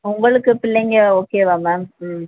உங்களுக்கு பிள்ளைங்க ஓகேவா மேம் ம்